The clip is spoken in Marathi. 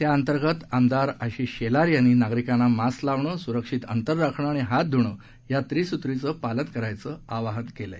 त्याअंतर्गत आमदार आशिष शेलार यांनी नागरिकांना मास्क लावणं सुरक्षित अंतर राखण आणि हात धुणं या त्रिसूत्रीचं पालन करण्याचं आवाहन केलंय